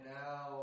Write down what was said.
now